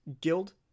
Guild